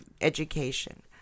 education